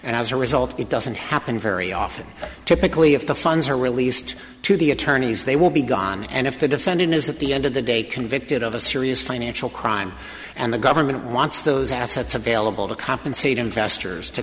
and as a result it doesn't happen very often typically if the funds are released to the attorneys they will be gone and if the defendant is at the end of the day convicted of a serious financial crime and the government wants those assets available to compensate investors to